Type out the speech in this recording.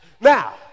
Now